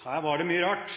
Her var det mye rart.